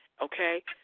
Okay